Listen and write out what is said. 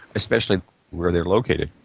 especially where they're located.